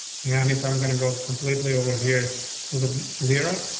and if i'm gonna go completely over here to the zero,